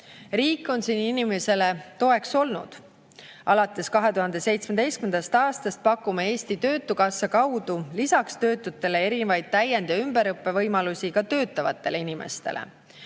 Riik on siin inimesele toeks olnud. Alates 2017. aastast pakume Eesti Töötukassa kaudu lisaks töötutele erinevaid täiend‑ ja ümberõppevõimalusi ka töötavatele inimestele,